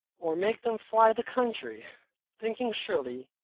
or make them fly the country thinking surely,